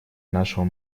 нашего